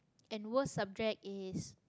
and worst subject is